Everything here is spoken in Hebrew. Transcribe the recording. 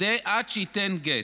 עד שייתן גט.